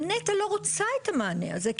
אבל נת"ע לא רוצה את המענה הזה,